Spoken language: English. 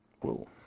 Whoa